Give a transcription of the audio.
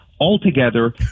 altogether